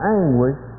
anguish